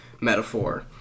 metaphor